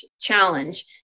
challenge